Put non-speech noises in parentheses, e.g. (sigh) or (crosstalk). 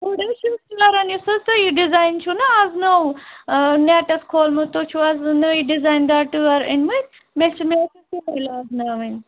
اوڈ حظ چھُس ٹٲرَن یُس حظ تۄہہِ یہِ ڈِزایِن چھُو نا آز نو نٮ۪ٹَس کھولمُت تُہۍ چھُو آز واژٕمژ نٕے ڈِزایِن دار ٹٲر أنۍ مٕتۍ مےٚ چھِ (unintelligible) لاگناوٕنۍ